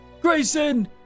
Grayson